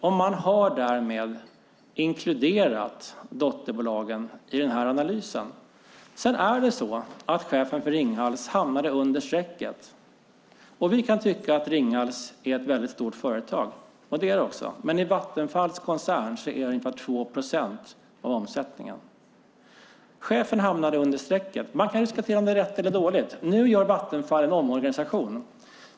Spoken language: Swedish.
Därmed har man inkluderat dotterbolagen i denna analys. Chefen för Ringhals hamnade under strecket. Vi kan tycka att Ringhals är ett stort företag, vilket det är, men i Vattenfalls koncern utgör det ungefär 2 procent av omsättningen. Chefen hamnade under strecket, och man kan diskutera om det är rätt eller fel. Nu gör Vattenfall en omorganisation.